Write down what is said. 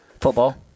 Football